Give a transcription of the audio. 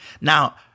Now